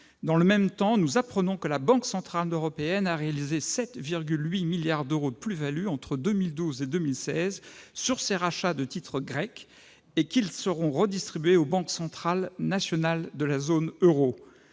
Dans le même temps, nous apprenions que la Banque centrale européenne avait réalisé 7,8 milliards d'euros de plus-values entre 2012 et 2016 sur ses rachats de titres grecs et qu'elles seraient redistribuées aux banques centrales nationales de la zone euro.